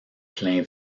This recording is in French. plein